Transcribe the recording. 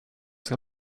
ska